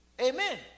Amen